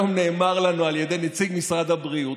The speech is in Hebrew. נאמר לנו היום על ידי נציג משרד הבריאות,